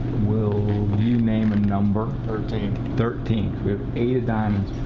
will you name a number? thirteen. thirteen. we have eight of diamonds,